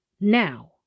now